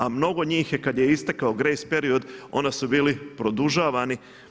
A mnogo njih je kad je istekao grace period onda su bili produžavani.